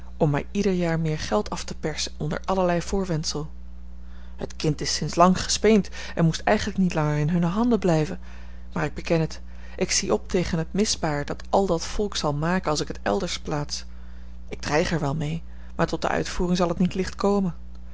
om mij ieder jaar meer geld af te persen onder allerlei voorwendsel het kind is sinds lang gespeend en moest eigenlijk niet langer in hunne handen blijven maar ik beken het ik zie op tegen het misbaar dat al dat volk zal maken als ik het elders plaats ik dreig er wel mee maar tot de uitvoering zal het niet licht komen